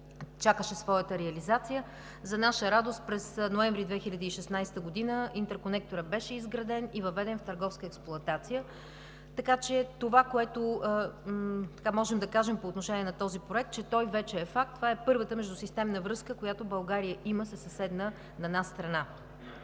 чакаше своята реализация. За наша радост през месец ноември 2016 г. интерконекторът беше изграден и въведен в търговска експлоатация. Така че това, което можем да кажем по отношение на този проект, е, че той вече е факт, и това е първата междусистемна връзка, която България има със съседна на нас страна.